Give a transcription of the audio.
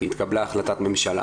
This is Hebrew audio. התקבלה החלטת ממשלה.